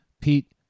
Pete